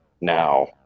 now